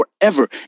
forever